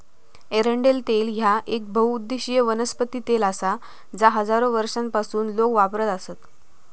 एरंडेल तेल ह्या येक बहुउद्देशीय वनस्पती तेल आसा जा हजारो वर्षांपासून लोक वापरत आसत